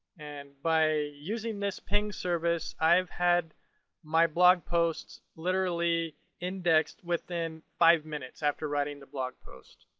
and by using this ping service, i've had my blog posts literally indexed with in five minutes after writing the blog post.